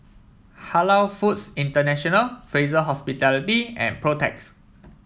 Halal Foods International Fraser Hospitality and Protex